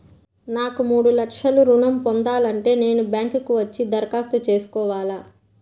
నాకు మూడు లక్షలు ఋణం ను పొందాలంటే నేను బ్యాంక్కి వచ్చి దరఖాస్తు చేసుకోవాలా?